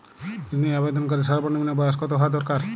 ঋণের আবেদনকারী সর্বনিন্ম বয়স কতো হওয়া দরকার?